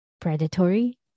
predatory